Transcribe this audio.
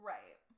Right